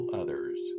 others